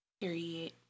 Period